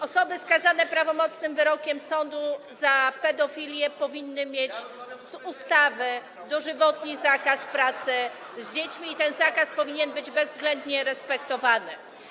Osoby skazane prawomocnym wyrokiem sądu za pedofilię powinny mieć z ustawy dożywotni zakaz pracy z dziećmi i ten zakaz powinien być bezwzględnie respektowany.